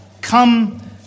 come